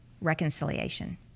reconciliation